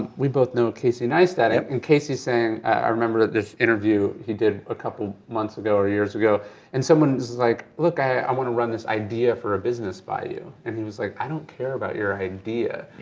we both know casey neistat and casey's saying, i remember this interview he did a couple of months ago or years ago and someone was like, look, i want to run this idea for a business by you. and he was like, i don't care about your idea.